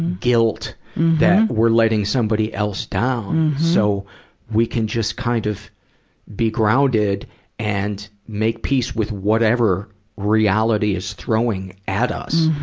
guilt that we're letting somebody else down. so we can just kind of be grounded and make peace with whatever reality is throwing at us.